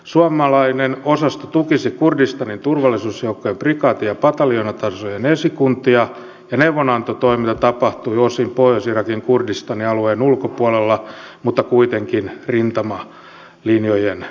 suomalainen osasto tukisi kurdistanin turvallisuusjoukkojen prikaati ja pataljoonatasojen esikuntia ja neuvonantotoiminta tapahtuu osin pohjois irakin ja kurdistanin alueen ulkopuolella mutta kuitenkin rintamalinjojen takana